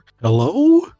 Hello